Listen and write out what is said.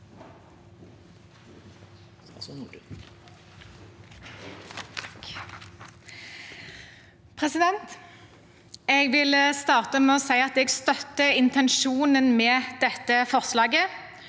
Jeg vil starte med å si at jeg støtter intensjonen med dette forslaget.